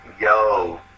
Yo